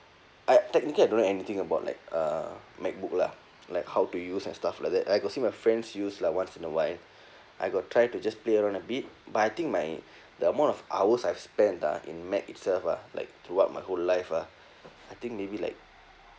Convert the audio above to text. I technically I don't know anything about like uh macbook lah like how to use and stuff like that I got see my friends use lah once in awhile I got try to just play around a bit but I think my the amount of hours I've spent ah in mac itself ah like throughout my whole life ah I think maybe like